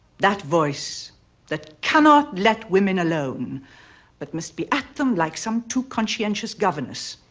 that voice that cannot let women alone but must be at them like some too-conscientious governess,